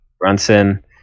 Brunson